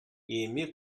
эми